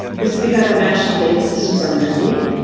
this is because our national data systems are incomplete.